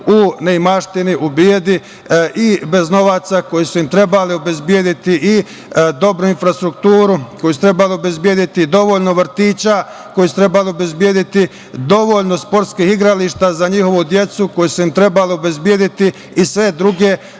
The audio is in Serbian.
u nemaštini, u bedi i bez novca koji su im trebali obezbediti i dobru infrastrukturu koju su trebali obezbediti, dovoljno vrtića koje su trebali obezbediti, dovoljno sportskih igrališta za njihovu decu koje su im trebali obezbediti i sve druge